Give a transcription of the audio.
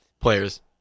players